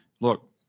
Look